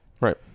Right